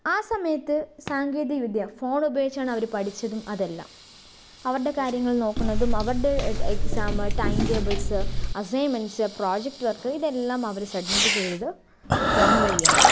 ആ സമയത്ത് സാങ്കേതികവിദ്യ ഫോൺ ഉപയോഗിച്ചാണ് അവര് പഠിച്ചതും അതെല്ലാം അവരുടെ കാര്യങ്ങൾ നോക്കുന്നതും അവരുടെ exam timetables assignments project work ഇതെല്ലാം അവര് സബ്മിറ്റ് ചെയ്തത് ഫോൺ വഴിയാണ്